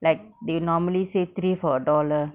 like they normally say three four dollar